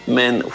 men